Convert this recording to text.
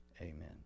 amen